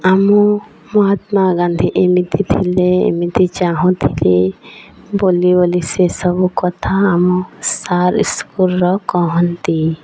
ଆମ ମହାତ୍ମାଗାନ୍ଧୀ ଏମିତି ଥିଲେ ଏମିତି ଚାହୁଁଥିଲେ ବୋଲି ବୋଲି ସେସବୁ କଥା ଆମ ସାର୍ ସ୍କୁଲର କହନ୍ତି